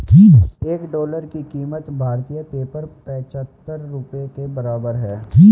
एक डॉलर की कीमत भारतीय पेपर पचहत्तर रुपए के बराबर है